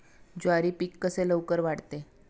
ज्वारी पीक कसे लवकर वाढते?